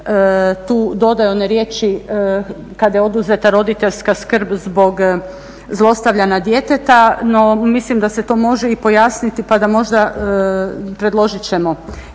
tu dodaju one riječi, kada je oduzeta roditeljska skrb zbog zlostavljanja djeteta, no mislim da se to može i pojasniti pa da možda, predložit ćemo